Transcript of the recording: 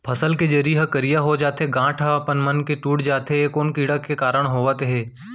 फसल के जरी ह करिया हो जाथे, गांठ ह अपनमन के टूट जाथे ए कोन कीड़ा के कारण होवत हे?